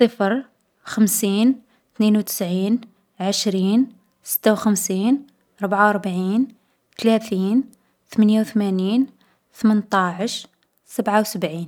صفر، خمسين، ثنين و تسعين، عشرين، ستة و خمسين، ربعة و ربعين، تلاثين، ثمنية و ثمانين، ثمنطاعش، سبعة و سبعين.